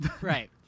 right